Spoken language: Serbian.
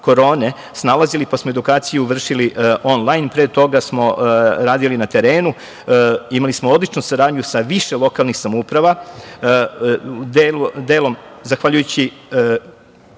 korone snalazili, pa smo edukaciju vršili onlajn. Pre toga smo radili na terenu. Imali smo odličnu saradnju sa više lokalnih samouprava, delom zahvaljujuću,